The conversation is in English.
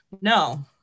no